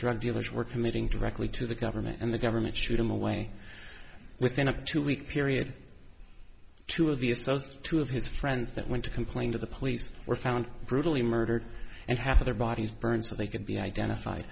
drug dealers were committing directly to the government and the government shooed him away within a two week period two of the expose two of his friends that went to complain to the police were found brutally murdered and half their bodies burned so they can be identified